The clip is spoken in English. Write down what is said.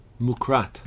Mukrat